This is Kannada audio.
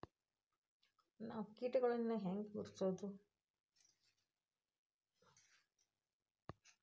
ನಾವ್ ಕೇಟಗೊಳ್ನ ಹ್ಯಾಂಗ್ ಗುರುತಿಸೋದು?